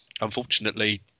Unfortunately